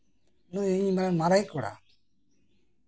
ᱱᱩᱭ ᱤᱧ ᱨᱮᱱ ᱢᱟᱨᱟᱝ ᱤᱪ ᱠᱚᱲᱟ